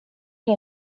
din